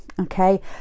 okay